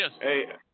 hey